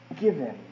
given